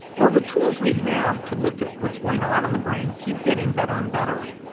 well, the tools we have to look at what's going on in the brain keep getting better and better,